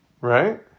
right